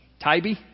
Tybee